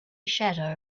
shadow